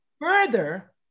further